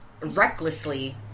recklessly